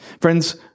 friends